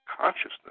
consciousness